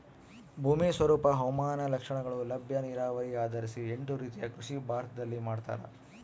ಭೂಮಿ ಸ್ವರೂಪ ಹವಾಮಾನ ಲಕ್ಷಣಗಳು ಲಭ್ಯ ನೀರಾವರಿ ಆಧರಿಸಿ ಎಂಟು ರೀತಿಯ ಕೃಷಿ ಭಾರತದಲ್ಲಿ ಮಾಡ್ತಾರ